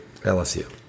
LSU